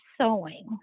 sewing